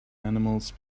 animals